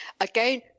Again